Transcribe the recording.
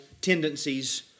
tendencies